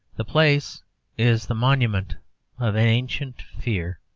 the place is the monument of an ancient fear.